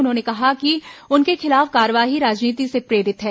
उन्होंने कहा कि उनके खिलाफ कार्रवाई राजनीति से प्रेरित है